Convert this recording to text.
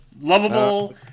Lovable